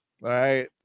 right